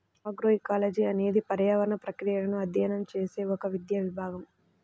agroecology అనేది పర్యావరణ ప్రక్రియలను అధ్యయనం చేసే ఒక విద్యా విభాగం